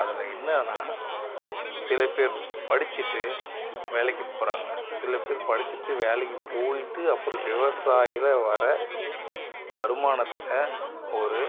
அதில் என்னன்னால் சில பேர் படித்துட்டு வேலைக்கு போகிறாங்க சில பேர் படித்துட்டு வேலைக்கு போயிட்டு அப்புறம் விவசாயில வர வருமானத்தை ஒரு